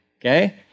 Okay